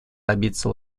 добиться